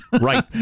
Right